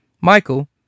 Michael